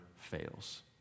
fails